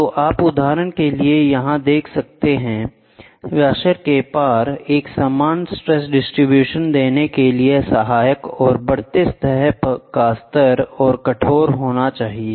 तो आप उदाहरण के लिए यहां देखते हैं वॉशर के पार एक समान स्ट्रेस डिस्ट्रीब्यूशन देने के लिए सहायक और बढ़ते सतह का स्तर और कठोर होना चाहिए